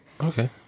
okay